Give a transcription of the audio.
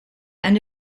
and